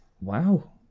Wow